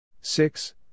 six